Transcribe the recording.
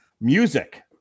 music